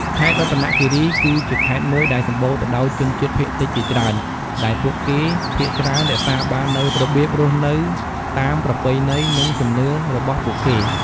ខេត្តរតនគិរី គឺជាខេត្តមួយដែលសម្បូរទៅដោយជនជាតិភាគតិចជាច្រើន ដែលពួកគេភាគច្រើនរក្សាបាននូវរបៀបរស់នៅតាមប្រពៃណី និងជំនឿរបស់ពួកគេ។